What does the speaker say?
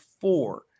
four